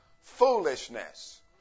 foolishness